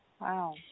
wow